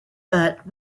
but